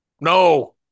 No